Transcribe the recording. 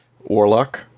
Warlock